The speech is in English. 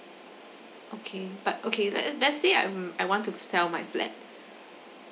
okay but okay let let's say I'm I want to sell my flat